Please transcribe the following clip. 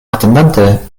atendante